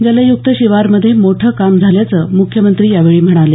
जलयुक्त शिवारमध्ये मोठं काम झाल्याचं म्ख्यमंत्री यावेळी म्हणाले